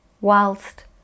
whilst